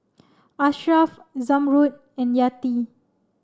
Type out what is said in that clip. Ashraff Zamrud and Yati